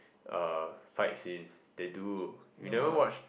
uh fight scenes they do you never watch